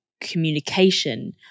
communication